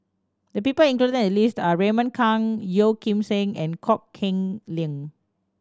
the people included in the list are Raymond Kang Yeo Kim Seng and Kok Keng Leun